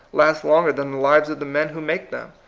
last longer than the lives of the men who make them.